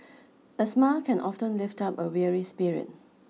a smile can often lift up a weary spirit